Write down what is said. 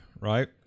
right